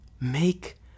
Make